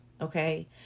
Okay